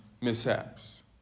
mishaps